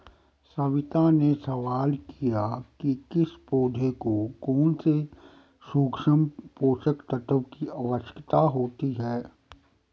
सविता ने सवाल किया कि किस पौधे को कौन से सूक्ष्म पोषक तत्व की आवश्यकता होती है